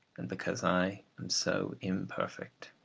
and because i am so imperfect.